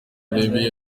urebe